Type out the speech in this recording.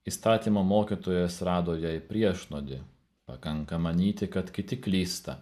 įstatymo mokytojas rado jai priešnuodį pakanka manyti kad kiti klysta